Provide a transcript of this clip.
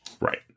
Right